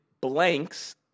blanks